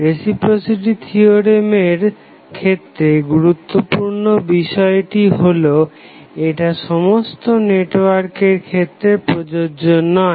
reciprocity থিওরেমের ক্ষেত্রে গুরুত্বপূর্ণ বিষয়টি হলো এটা সমস্ত নেটওয়ার্কের ক্ষেত্রে প্রযোজ্য নয়